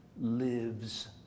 lives